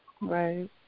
Right